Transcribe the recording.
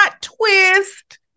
twist